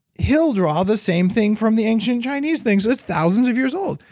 he'll draw the same thing from the ancient chinese things that's thousands of years old,